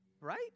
Right